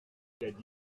puisque